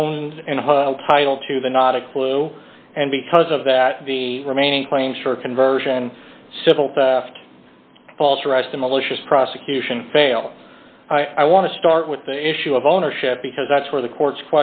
owns and title to the not a clue and because of that the remaining claims for conversion civil theft false arrest a malicious prosecution fail i want to start with the issue of ownership because that's where the court